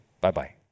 bye-bye